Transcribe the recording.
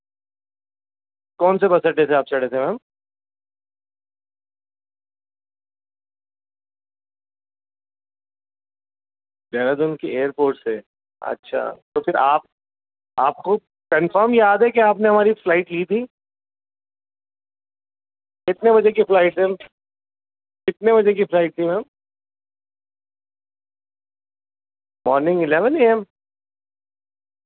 کون سے بس اڑے سے آپ چڑھے تھے میم دہرادون کی ایئر پورٹ سے اچھا تو پھر آپ آپ کو کنفرم یاد ہے کہ آپ نے ہماری فلائٹ لی تھی کتنے بجے کی فلائٹ میم کتنے بجے کی فلائٹ تھی ma'am morning eleven A M